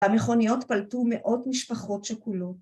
‫המכוניות פלטו מאות משפחות שכולות.